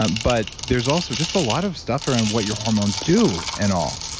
um but there's also just a lot of stuff around what your hormones do and all.